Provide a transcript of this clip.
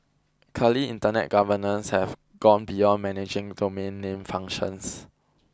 clearly Internet governance have gone beyond managing domain name functions